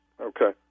Okay